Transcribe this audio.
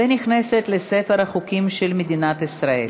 ונכנסת לספר החוקים של מדינת ישראל.